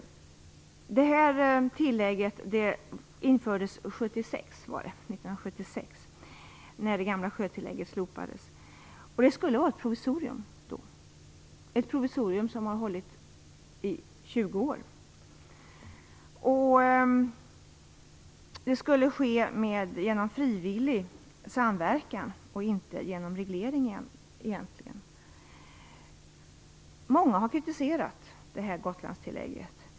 Det här tillägget infördes 1976 när det gamla sjötillägget slopades. Det var då meningen att det skulle vara ett provisorium - ett provisorium som har hållit i 20 år. Det skulle ske genom frivillig samverkan och egentligen inte genom reglering. Många har kritiserat det här Gotlandstillägget.